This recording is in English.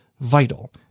vital